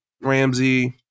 Ramsey